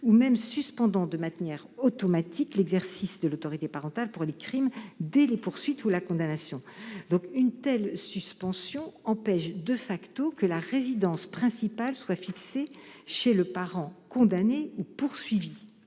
ou même de suspendre de manière automatique l'exercice de l'autorité parentale pour les crimes dès les poursuites ou la condamnation. Une telle suspension empêche que la résidence principale soit fixée chez le parent condamné ou poursuivi.